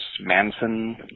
Manson